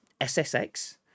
SSX